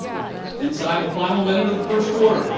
inside the final minute of the first quarter.